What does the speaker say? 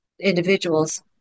individuals